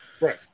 Right